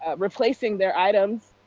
ah replacing their items.